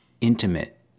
intimate